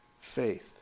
faith